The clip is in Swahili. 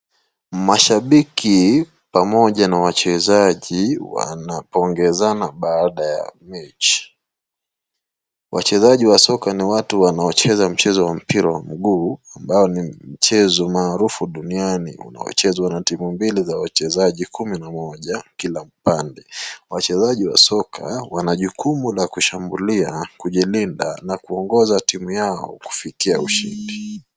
Mashabiki pamoja na wachezaji wanapongezana baada ya mechi. Wachezaji wa soccer ni watu wanaocheza ni watu wanaocheza chezo wa mpira wa mguu ambao ni mchezo maarufu duniani unaochezwa na timu mbili za wachezaji kumi na moja kila upande. Wachezaji wa soccer wana jukumu la kushambulia, kujilinda na kuongoza timu yao kufikia ushindi.